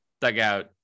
dugout